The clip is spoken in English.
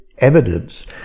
evidence